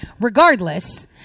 regardless